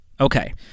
Okay